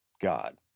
God